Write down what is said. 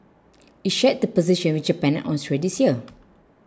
it shared the position with Japan and Austria this year